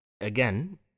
Again